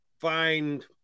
find